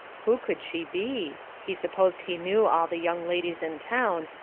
who could she be? he supposed he knew all the young ladies in town,